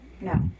no